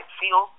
feel